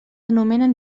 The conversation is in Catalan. anomenen